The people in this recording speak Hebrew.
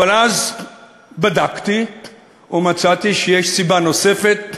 אבל אז בדקתי ומצאתי שיש סיבה נוספת: